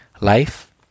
life